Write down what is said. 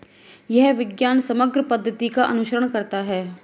यह विज्ञान समग्र पद्धति का अनुसरण करता है